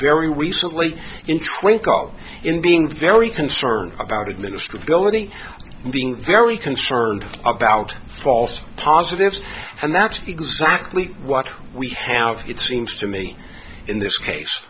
very recently in train cog in being very concerned about it ministry building and being very concerned about false positives and that's exactly what we have it seems to me in this case